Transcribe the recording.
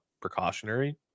precautionary